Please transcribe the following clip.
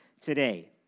today